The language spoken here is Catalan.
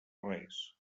res